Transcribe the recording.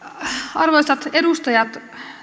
arvoisat edustajat